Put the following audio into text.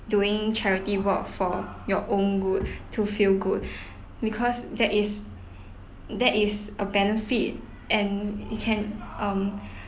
doing charity work for your own good to feel good because that is that is a benefit and you can um